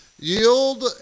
yield